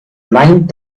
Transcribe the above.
nine